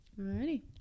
alrighty